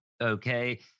okay